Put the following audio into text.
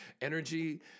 energy